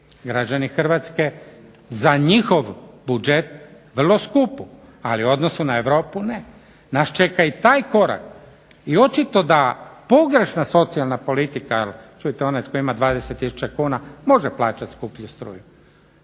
građani Hrvatske za njihov budžet vrlo skupu ali u odnosu na Europu ne. Nas čeka i taj korak. I očito da pogrešna socijalna politika, čujte onaj koji ima 20 tisuća kuna, može plaćati skuplju struju